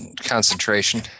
concentration